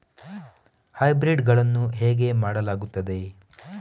Hybrid ಗಳನ್ನು ಹೇಗೆ ಮಾಡಲಾಗುತ್ತದೆ?